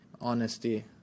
honesty